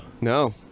No